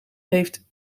heeft